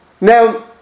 Now